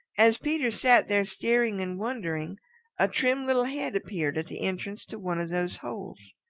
as peter sat there staring and wondering a trim little head appeared at the entrance to one of those holes.